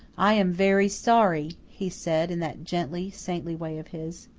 i am very sorry, he said in that gently, saintly way of his,